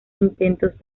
intentos